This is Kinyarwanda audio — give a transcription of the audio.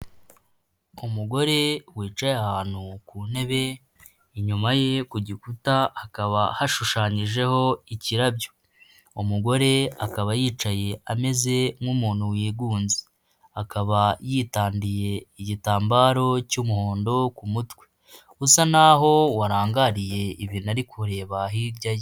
Umugore wicaye ahantu ku ntebe inyuma ye ku gikuta hakaba hashushanyijeho ikirabyo , umugore akaba yicaye ameze nk'umuntu wigunze. Akaba yitandiye igitambaro cy'umuhondo ku mutwe. Usa naho warangariye ibintu ari kureba hirya ye.